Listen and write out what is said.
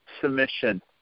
submission